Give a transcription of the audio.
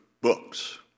books